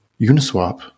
Uniswap